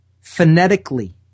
Phonetically